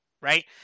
right